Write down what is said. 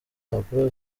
impapuro